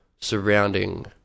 surrounding